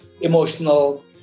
emotional